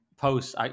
posts